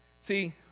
See